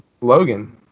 Logan